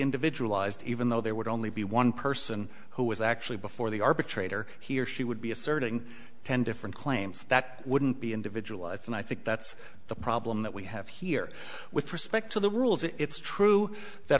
individualized even though there would only be one person who was actually before the arbitrator he or she would be asserting ten different claims that wouldn't be individualized and i think that's the problem that we have here with respect to the rules it's true that